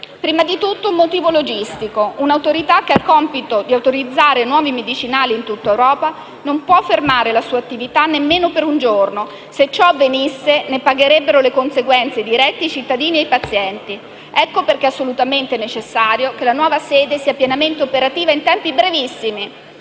Prima di tutto abbiamo un motivo logistico: un'Autorità che ha il compito di autorizzare nuovi medicinali in tutta Europa non può fermare la sua attività nemmeno per un giorno; se ciò avvenisse ne pagherebbero le conseguenze dirette i cittadini e i pazienti. Ecco perché è assolutamente necessario che la nuova sede sia pienamente operativa in tempi brevissimi